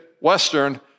Western